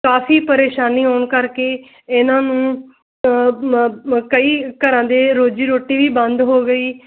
ਕਾਫੀ ਪਰੇਸ਼ਾਨੀ ਹੋਣ ਕਰਕੇ ਇਹਨਾਂ ਨੂੰ ਕਈ ਘਰਾਂ ਦੇ ਰੋਜ਼ੀ ਰੋਟੀ ਵੀ ਬੰਦ ਹੋ ਗਈ